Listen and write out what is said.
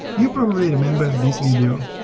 you probably remember this video,